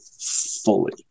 fully